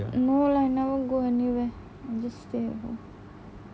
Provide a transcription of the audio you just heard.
no lah never go anywhere I just stay at home